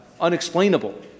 unexplainable